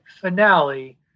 finale